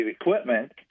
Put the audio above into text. equipment